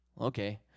okay